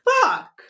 fuck